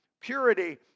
purity